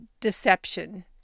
Deception